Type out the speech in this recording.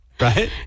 Right